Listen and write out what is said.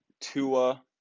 Tua